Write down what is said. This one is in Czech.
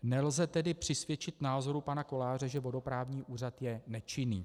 Nelze tedy přisvědčit názoru pana Koláře, že vodoprávní úřad je nečinný.